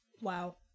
Wow